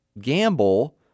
gamble